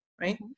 right